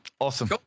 Awesome